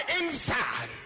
inside